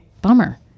bummer